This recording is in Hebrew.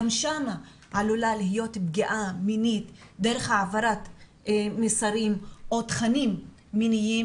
גם שם עלולה להיות פגיעה מינית דרך העברת מסרים או תכנים מיניים,